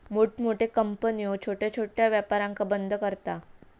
मोठमोठे कंपन्यो छोट्या छोट्या व्यापारांका बंद करता